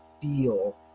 feel